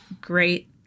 great